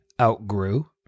outgrew